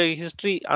history